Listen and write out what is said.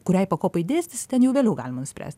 kuriai pakopai dėstys ten jau vėliau galima nuspręst